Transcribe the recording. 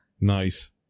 Nice